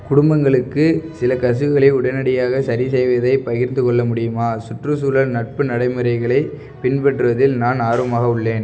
குடும்பங்களுக்கு சில கசிவுகளை உடனடியாக சரி செய்வதை பகிர்ந்து கொள்ள முடியுமா சுற்றுச்சூழல் நட்பு நடைமுறைகளை பின்பற்றுவதில் நான் ஆர்வமாக உள்ளேன்